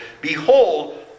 Behold